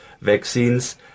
vaccines